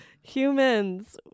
Humans